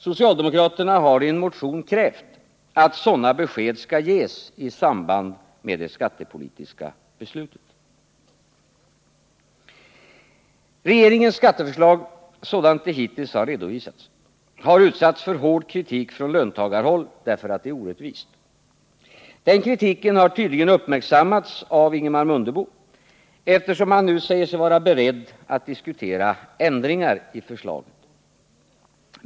Socialdemokraterna har i en motion krävt att sådana besked skall ges i samband med det skattepolitiska beslutet. Regeringens skatteförslag, sådant det hittills har redovisats, har utsatts för hård kritik från löntagarhåll därför att det är orättvist. Den kritiken har tydligen uppmärksammats av Ingemar Mundebo, eftersom han nu säger sig vara beredd att diskutera ändringar i förslaget.